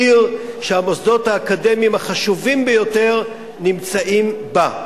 עיר שהמוסדות האקדמיים החשובים ביותר נמצאים בה.